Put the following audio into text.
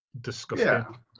disgusting